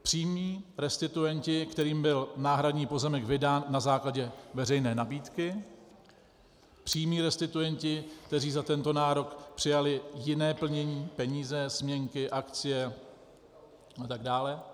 Přímí restituenti, kterým byl náhradní pozemek vydán na základě veřejné nabídky, přímí restituenti, kteří za tento nárok přijali jiné plnění, peníze, směnky, akcie a tak dále.